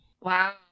Wow